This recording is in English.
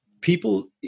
people